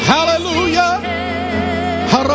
Hallelujah